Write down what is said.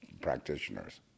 practitioners